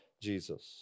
Jesus